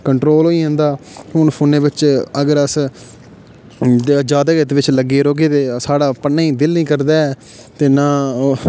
control होई जन्दा हून फोनै बिच अगर अस जादै गै एह्दे बिच लग्गे रौह्गे ते साढ़ा पढ़ने ई दिल निं करदा ऐ ते ना ओह्